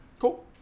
Cool